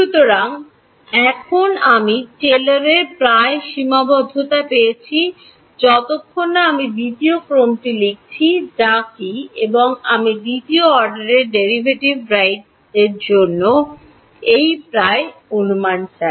সুতরাং এখন আমি টেলরের প্রায় সীমাবদ্ধতা পেয়েছি যতক্ষণ না আমি দ্বিতীয় ক্রমটি লিখেছি যা কী এবং আমি দ্বিতীয় অর্ডারের ডেরাইভেটিভ রাইটের কী জন্য তার একটি প্রায় অনুমান চাই